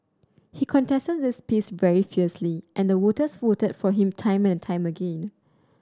he contested this piece very fiercely and the voters voted for him time and time again